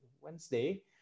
wednesday